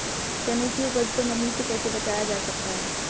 चने की उपज को नमी से कैसे बचाया जा सकता है?